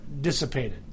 dissipated